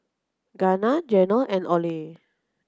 Danna Geno and Oley